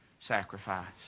sacrifice